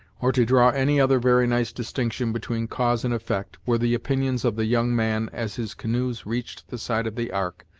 or to draw any other very nice distinction between cause and effect, were the opinions of the young man as his canoes reached the side of the ark,